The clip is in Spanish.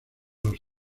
los